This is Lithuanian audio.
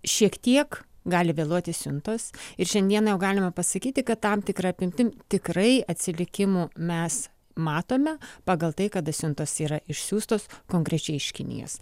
šiek tiek gali vėluoti siuntos ir šiandien galima pasakyti kad tam tikra apimtim tikrai atsilikimų mes matome pagal tai kada siuntos yra išsiųstos konkrečiai iš kinijos